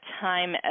time